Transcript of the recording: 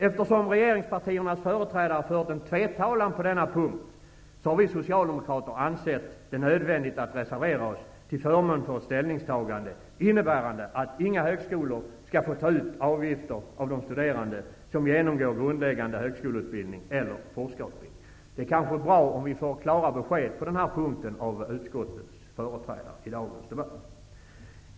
Eftersom regeringspartiernas företrädare fört en tvetalan på denna punkt, har vi socialdemokrater ansett det nödvändigt att reservera oss till förmån för ett ställningstagande, innebärande att inga högskolor skall få ta ut avgifter av de studerande som genomgår grundläggande högskoleutbildning eller forskarutbildning. Det är kanske bra om vi får klara besked på den här punkten från utskottets företrädare i dagens debatt.